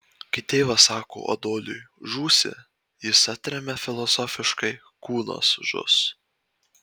kai tėvas sako adoliui žūsi jis atremia filosofiškai kūnas žus